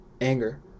anger